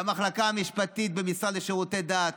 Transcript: והמחלקה המשפטית במשרד לשירותי דת,